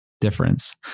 difference